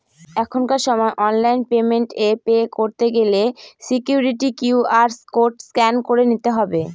এখনকার সময় online payment এ পে করতে গেলে সিকুইরিটি কিউ.আর কোড স্ক্যান করে নিতে হবে